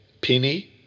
Penny